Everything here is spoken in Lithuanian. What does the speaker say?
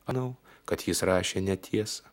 manau kad jis rašė netiesą